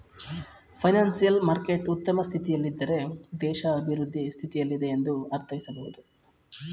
financial market ಉತ್ತಮ ಸ್ಥಿತಿಯಲ್ಲಿದ್ದಾರೆ ದೇಶ ಅಭಿವೃದ್ಧಿ ಸ್ಥಿತಿಯಲ್ಲಿದೆ ಎಂದು ಅರ್ಥೈಸಬಹುದು